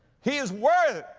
he is worthy.